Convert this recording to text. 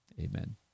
Amen